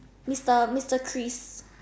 Mister Chris